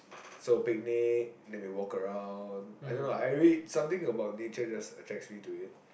so picnic then we walk around I don't know I really something about just nature just attracts me to it